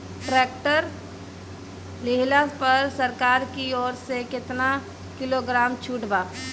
Tractor लिहला पर सरकार की ओर से केतना किलोग्राम छूट बा?